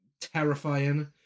terrifying